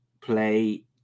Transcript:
play